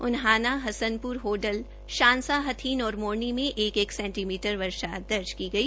उन्हाना हसनप्र होडल शान्सा हथीन और मोरनी में एक एक सेंटीमीटर वर्षा दर्ज की गई